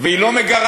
והיא לא מגרה?